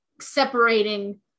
separating